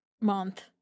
month